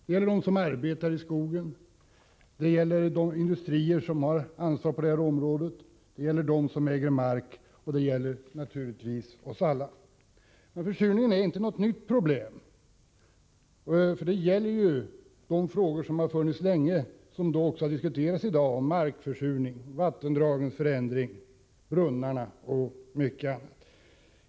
Det gäller dem som arbetar i skogen, det gäller de industrier som har ansvar på området, det gäller dem som äger mark — ja, naturligtvis oss alla. Men försurningen är inte något nytt problem. De frågor som har diskuterats i dag har debatterats länge: Markförsurning, försämring av vattendrag och brunnar och mycket annat.